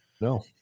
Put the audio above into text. No